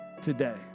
today